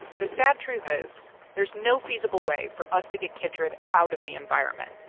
the sad truth is there's no feasible way for us to get chytrid out of the environment,